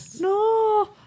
no